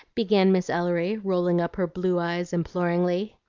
began miss ellery, rolling up her blue eyes imploringly.